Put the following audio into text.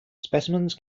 specimens